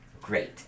Great